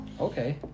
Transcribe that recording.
Okay